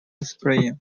springs